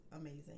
amazing